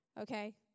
Okay